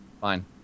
Fine